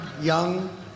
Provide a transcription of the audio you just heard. young